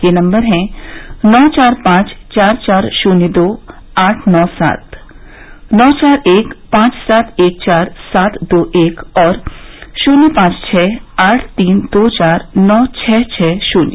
ये नंबर हैं नौ चार पांच चार चार शून्य दो आठ नौ सात नौ चार एक पांच सात एक चार सात दो एक और शून्य पांच छः आठ तीन दो चार नौ छः छः शून्य